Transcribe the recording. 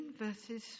verses